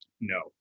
No